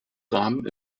rahmen